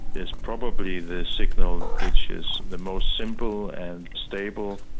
is probably the signal which is the most simple and stable,